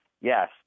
yes